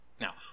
Now